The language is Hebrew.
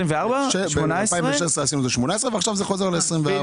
ב-2016 הפכנו את זה ל-18 ועכשיו זה חוזר ל-24.